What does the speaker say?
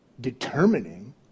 Determining